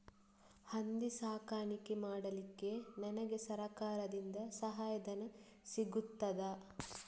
ಹಂದಿ ಸಾಕಾಣಿಕೆ ಮಾಡಲಿಕ್ಕೆ ನನಗೆ ಸರಕಾರದಿಂದ ಸಹಾಯಧನ ಸಿಗುತ್ತದಾ?